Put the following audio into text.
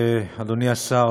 אדוני השר,